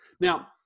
Now